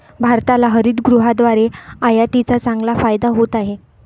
भारताला हरितगृहाद्वारे आयातीचा चांगला फायदा होत आहे